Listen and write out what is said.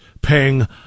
paying